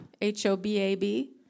H-O-B-A-B